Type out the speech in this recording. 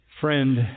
Friend